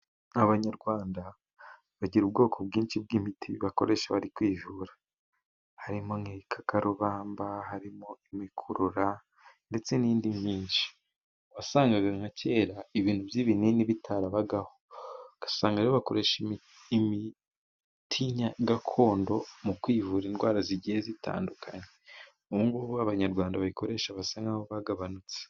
Abanyarwanda bagira ubwoko bwinshi bw'imiti bakoresha bari kwivura harimo: nk'ikakarubamba, harimo imikurura, ndetse n'indi myinshi. Wasangaga nka kera ibintu by'ibinini bitarabagaho ugasanga bakoresha imiti ya gakondo mu kwivura indwara zigiye zitandukanye. Ubu ngubu abanyarwanda bayikoresha basa nabagabanutse.